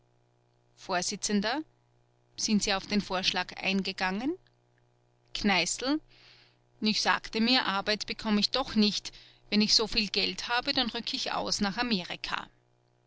vors sind sie auf den vorschlag eingegangen kneißl ich sagte mir arbeit bekomme ich doch nicht wenn ich soviel geld habe dann rücke ich aus nach amerika